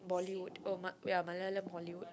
Bollywood oh Ma~ ya Malayalam Hollywood